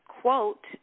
quote